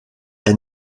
est